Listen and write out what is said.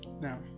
now